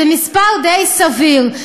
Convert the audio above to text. זה מספר די סביר.